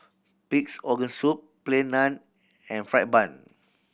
Pig's Organ Soup Plain Naan and fried bun